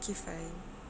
okay fine